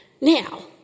Now